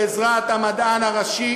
בעזרת המדען הראשי,